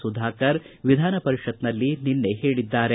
ಸುಧಾಕರ್ ವಿಧಾನ ಪರಿಷತ್ನಲ್ಲಿ ನಿನ್ನೆ ಹೇಳಿದ್ದಾರೆ